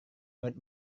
murid